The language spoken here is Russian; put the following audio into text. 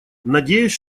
надеюсь